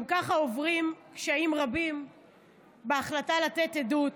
גם ככה עוברים קשיים רבים בהחלטה לתת עדות.